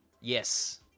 Yes